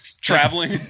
traveling